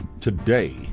Today